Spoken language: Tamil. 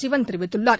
சிவன் தெரிவித்துள்ளார்